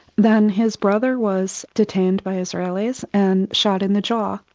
then his brother was detained by israeli's and shot in the jaw.